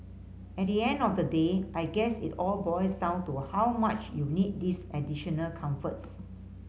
at the end of the day I guess it all boils down to how much you need these additional comforts